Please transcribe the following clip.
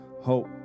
hope